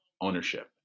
ownership